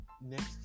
next